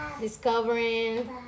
discovering